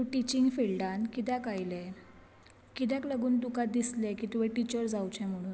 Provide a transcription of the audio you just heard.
तूं टिचींग फिल्डांत कित्याक आयलें कित्याक लागून तुका दिसलें की तुवें टिचर जावचें म्हणून